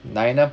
நா என்ன:naa enna